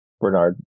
Bernard